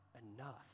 enough